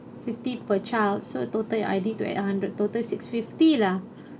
fifty per child so total I need to add hundred total six fifty lah